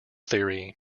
theory